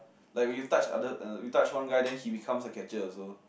like when you touch other uh you touch one guy then he becomes a catcher also